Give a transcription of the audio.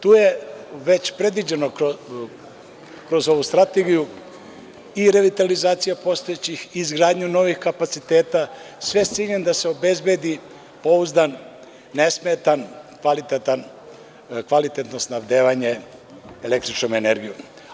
Tu je već predviđeno kroz ovu Strategiju i relativizacija postojećih, izgradnja novih kapaciteta, a sa ciljem da se obezbedi pouzdan, nesmetan, kvalitetno snabdevanje električnom energijom.